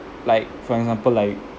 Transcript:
like for example like